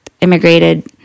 immigrated